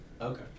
Okay